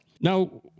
Now